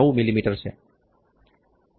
9 મીમી છે